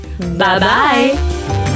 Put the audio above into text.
Bye-bye